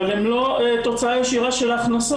אבל הם לא תוצאה ישירה של הכנסות.